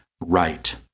right